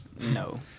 No